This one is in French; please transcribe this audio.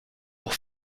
pour